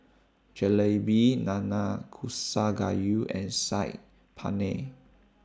Jalebi Nanakusa Gayu and Saag Paneer